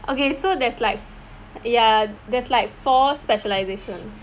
okay so there's like ya there's like four specialisations